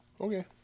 Okay